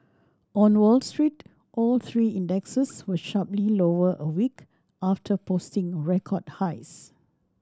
on Wall Street all three indexes were sharply lower a week after posting record highs